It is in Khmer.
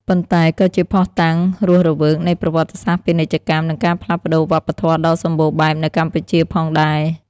ប៉ុន្តែក៏ជាភស្តុតាងរស់រវើកនៃប្រវត្តិសាស្ត្រពាណិជ្ជកម្ម និងការផ្លាស់ប្តូរវប្បធម៌ដ៏សម្បូរបែបនៅកម្ពុជាផងដែរ។